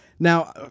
Now